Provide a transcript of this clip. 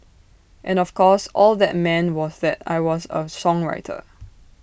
and of course all that meant was that I was A songwriter